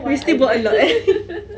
you still bought a lot eh